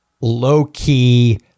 low-key